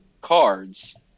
cards